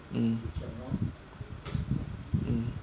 mm mm